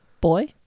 boy